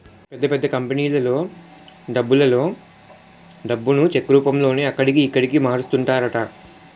పెద్ద పెద్ద కంపెనీలలో డబ్బులలో డబ్బును చెక్ రూపంలోనే అక్కడికి, ఇక్కడికి మారుస్తుంటారట